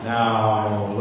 Now